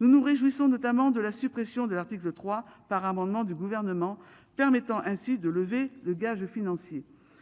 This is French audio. Nous nous réjouissons, notamment de la suppression de l'article 3, par un amendement du gouvernement permettant ainsi de lever le gage financier